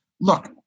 Look